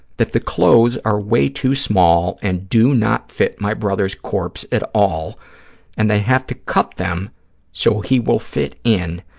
that the clothes are way too small and do not fit my brother's corpse at all and they have to cut them so he will fit in,